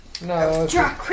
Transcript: No